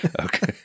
Okay